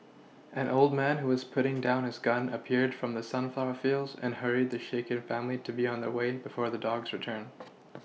an old man who was putting down his gun appeared from the sunflower fields and hurried the shaken family to be on their way before the dogs return